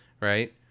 right